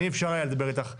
אי אפשר היה לדבר איתך בזום.